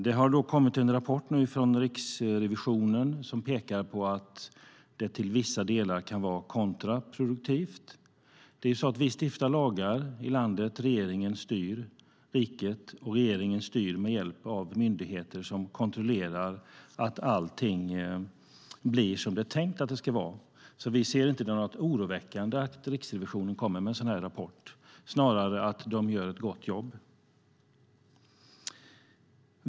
Det har kommit en rapport från Riksrevisionen som pekar på att detta till vissa delar kan vara kontraproduktivt. Vi stiftar lagar i landet, regeringen styr riket och regeringen styr med hjälp av myndigheter som kontrollerar att allt blir som det är tänkt att det ska vara. Vi ser inte något oroväckande i att Riksrevisionen lägger fram en sådan rapport. Snarare gör de ett gott jobb.